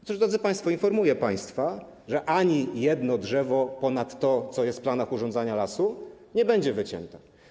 Otóż, drodzy państwo, informuję państwa, że ani jedno drzewo ponad to, co jest w planach urządzania lasu, nie będzie wycięte.